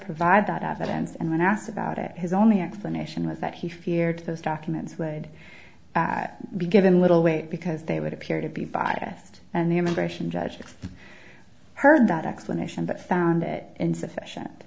provide that evidence and when asked about it his only explanation was that he feared those documents would be given little weight because they would appear to be biased and the immigration judge heard that explanation but found it insufficient